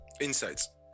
Insights